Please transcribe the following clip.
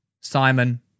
Simon